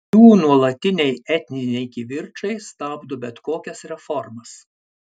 jų nuolatiniai etniniai kivirčai stabdo bet kokias reformas